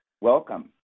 Welcome